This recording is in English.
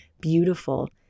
beautiful